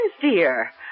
dear